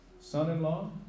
son-in-law